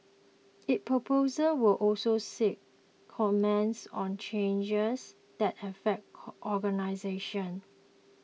its proposals will also seek comments on changes that affect organisations